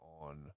on